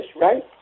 right